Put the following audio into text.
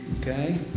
okay